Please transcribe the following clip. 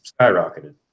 skyrocketed